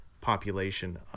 population